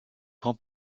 grand